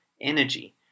energy